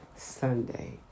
Sunday